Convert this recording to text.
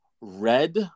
Red